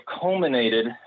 culminated